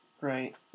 Right